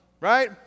right